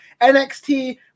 NXT